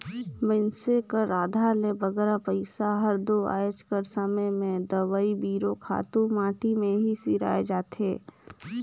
मइनसे कर आधा ले बगरा पइसा हर दो आएज कर समे में दवई बीरो, खातू माटी में ही सिराए जाथे